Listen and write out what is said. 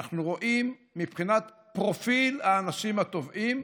אנחנו רואים, מבחינת פרופיל האנשים הטובעים,